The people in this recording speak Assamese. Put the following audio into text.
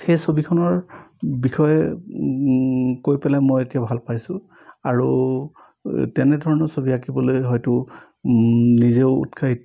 সেই ছবিখনৰ বিষয়ে কৈ পেলাই মই এতিয়া ভাল পাইছোঁ আৰু তেনেধৰণৰ ছবি আঁকিবলৈ হয়টো নিজেও উৎসাহিত